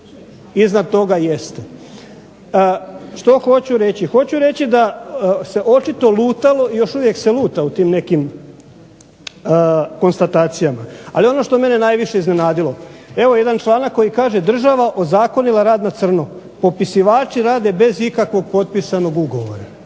iznad toga jeste. Što hoću reći? Hoću reći da se očito lutalo i još uvijek se luta u nekim konstatacijama. Ali ono što je mene najviše iznenadilo, evo jedan članak koji kaže država ozakonila rad na crno. Popisivači rade bez ikakvog potpisanog ugovora.